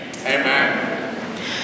Amen